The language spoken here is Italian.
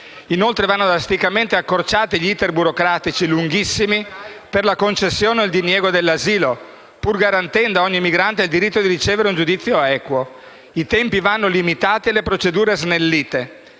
Inoltre, vanno drasticamente accorciati i lunghissimi iter burocratici per la concessione o il diniego dell’asilo: pur garantendo a ogni migrante il diritto di ricevere un giudizio equo, i tempi vanno limitati e le procedure snellite.